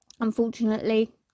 unfortunately